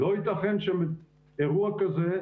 לא ייתכן שאירוע כזה,